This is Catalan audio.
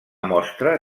mostra